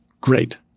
Great